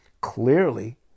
clearly